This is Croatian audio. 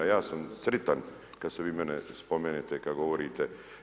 Ja sam sretan kada se vi mene spomenete kada govorite.